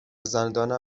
چگونه